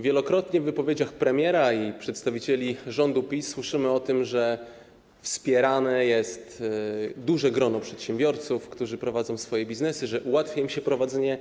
Wielokrotnie w wypowiedziach premiera i przedstawicieli rządu PiS słyszeliśmy o tym, że wspierane jest duże grono przedsiębiorców, którzy prowadzą swoje biznesy, że ułatwia im się prowadzenie